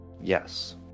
Yes